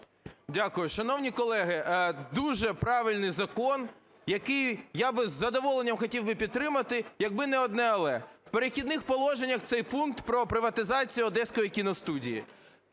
Дякую. Шановні колеги, дуже правильний закон, який я би з задоволенням хотів би підтримати, якби не одне "але": в "Перехідних положеннях" цей пункт про приватизацію Одеської кіностудії.